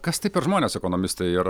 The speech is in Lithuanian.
kas tai per žmonės ekonomistai ar